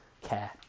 care